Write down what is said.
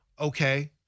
okay